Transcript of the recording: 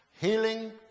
Healing